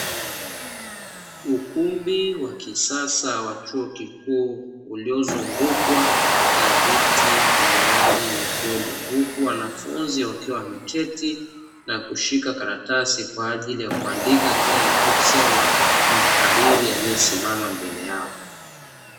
Ukumbi wa kisasa wa chuo kikuu uliozungukwa na viti vyenye rangi nyekundu, huku wanafunzi wakiwa wameketi na kushika karatasi kwaajili ya kuandika kile anachokisema mhariri aliyesimama mbele yao.